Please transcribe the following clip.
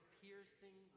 piercing